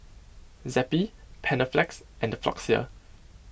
Zappy Panaflex and Floxia